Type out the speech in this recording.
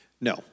No